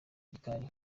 gikari